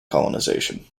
colonization